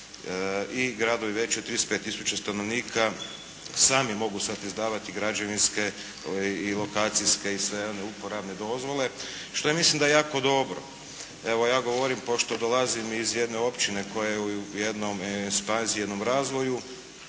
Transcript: i gradovi veći od 35 tisuća stanovnika. Sami mogu sada izdavati građevinske i lokacijske i sve one uporabne dozvole što ja mislim da je jako dobro. Evo ja govorim pošto dolazim iz jedne općine koja je u jednom ekspanziji, u jednom razvoju,